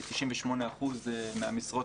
98% מהמשרות,